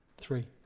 Three